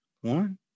One